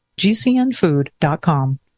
GCNfood.com